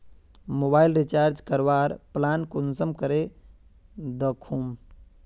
Mobile recharge करवार plan कुंसम करे दखुम?